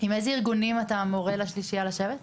עם איזה ארגונים אתה מורה לשלישיה לשבת?